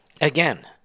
Again